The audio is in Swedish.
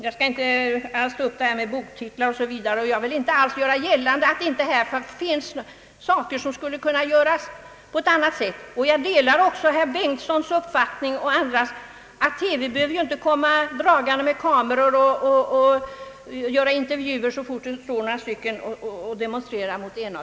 Jag kan aldrig tro att herr Strandberg, såsom den realist han är, ett enda ögonblick har trott att han skulle få gehör för sin motion.